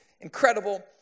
incredible